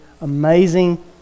Amazing